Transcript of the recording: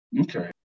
Okay